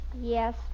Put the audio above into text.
Yes